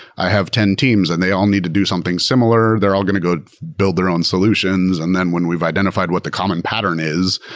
i have ten teams, and they all need to do something similar. they're all going to go build their own solutions. and then when we've identified what the common pattern is,